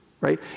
Right